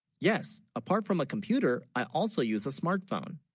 yes apart from a computer i also use a smart phone